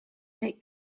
make